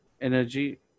energy